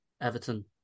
Everton